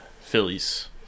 phillies